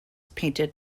painted